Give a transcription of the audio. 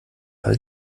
all